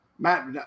Matt